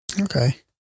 Okay